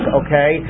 okay